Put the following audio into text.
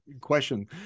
question